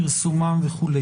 פרסומם וכו'.